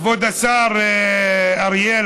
כבוד השר אריאל,